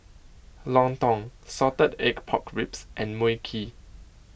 Lontong Salted Egg Pork Ribs and Mui Kee